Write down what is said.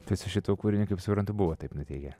tai su šituo kūriniu kaip suprantu buvo taip nutikę